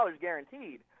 guaranteed